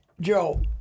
Joe